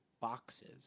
boxes